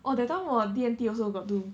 oh that time 我 D&T also got do